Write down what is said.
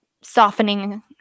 softening